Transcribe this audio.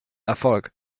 erfolg